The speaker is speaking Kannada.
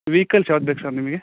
ವೆಯ್ಕಲ್ಸ್ ಯಾವ್ದು ಬೇಕು ಸರ್ ನಿಮಗೆ